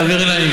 תעביר אליי,